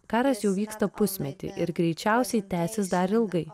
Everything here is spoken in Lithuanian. karas jau vyksta pusmetį ir greičiausiai tęsis dar ilgai